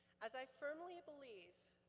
as i firmly believe,